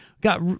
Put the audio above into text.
got